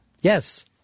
Yes